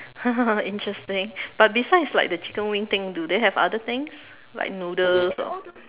interesting but besides it's like the chicken wing thing do they have other things like noodles or